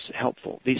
helpful